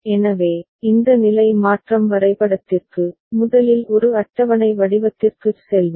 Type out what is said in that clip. எனவே இந்த நிலை மாற்றம் வரைபடத்திற்கு முதலில் ஒரு அட்டவணை வடிவத்திற்குச் செல்வோம்